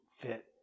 fit